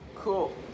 Cool